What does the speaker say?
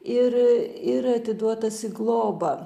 ir ir atiduotas į globą